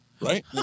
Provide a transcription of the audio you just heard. Right